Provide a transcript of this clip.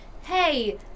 hey